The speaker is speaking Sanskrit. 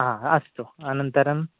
आम् अस्तु अनन्तरं